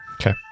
Okay